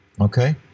okay